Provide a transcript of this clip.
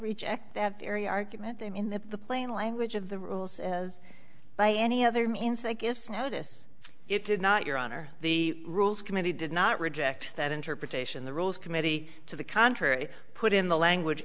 reject area argument then in the plain language of the rules as by any other means that gifts notice it did not your honor the rules committee did not reject that interpretation the rules committee to the contrary put in the language